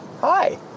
hi